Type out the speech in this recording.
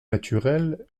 naturel